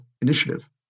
initiative